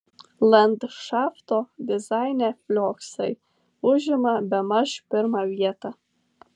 landšafto dizaine flioksai užima bemaž pirmą vietą